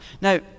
Now